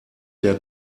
der